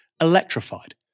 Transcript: electrified